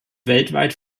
weltweit